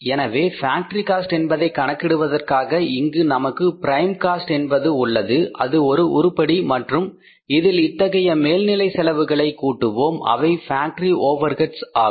எனவே factory cost என்பதை கணக்கிடுவதற்காக இங்கு நமக்கு பிரைம் காஸ்ட் என்பது உள்ளது அது ஒரு உருப்படி மற்றும் இதில் இத்தகைய மேல்நிலை செலவுகளை கூட்டுவோம் அவை ஃபேக்டரி ஓவர் ஹெட்ஸ் ஆகும்